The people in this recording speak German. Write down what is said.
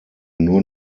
nur